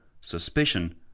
suspicion